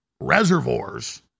reservoirs